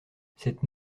cette